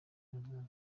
hazaza